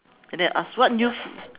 and then I ask what news